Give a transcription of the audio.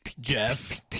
Jeff